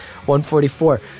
144